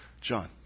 John